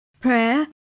Prayer